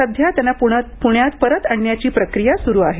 सध्या त्यांना प्ण्यात परत आणण्याची प्रक्रिया सुरू आहे